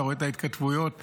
אתה רואה את ההתכתבויות בווטסאפ,